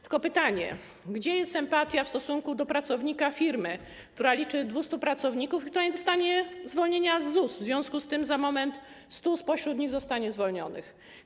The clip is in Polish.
Tylko pytanie: Gdzie jest empatia w stosunku do pracownika firmy, która liczy 200 pracowników i która nie dostanie zwolnienia z ZUS, w związku z tym za moment 100 spośród nich zostanie zwolnionych?